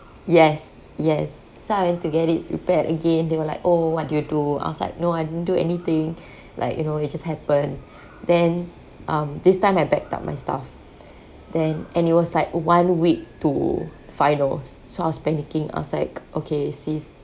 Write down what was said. yes yes so I need to get it repaired again they were like oh what did you do I was like no I didn't do anything like you know it just happened then um this time I backed up my stuff then and it was like one week to finals so I was panicking I was like okay sis~